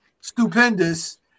stupendous